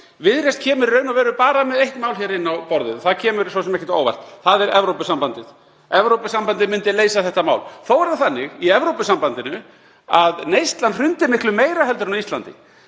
Viðreisn kemur í raun og veru bara með eitt mál inn á borðið og það kemur svo sem ekkert á óvart, það er Evrópusambandið. Evrópusambandið myndi leysa þetta mál. Þó er það þannig í Evrópusambandinu að neyslan hrundi miklu meira en á Íslandi,